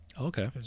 Okay